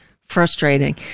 frustrating